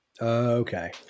Okay